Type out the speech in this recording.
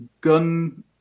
gun